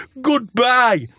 Goodbye